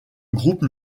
groupe